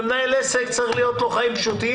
ומנהל עסק צריך להיות לו חיים פשוטים,